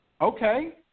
Okay